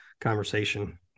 conversation